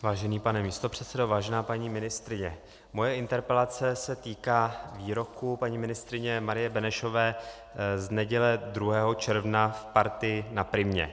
Vážený pane místopředsedo, vážená paní ministryně, moje interpelace se týká výroků paní ministryně Marie Benešové z neděle 2. června v Partii na Primě.